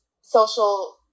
social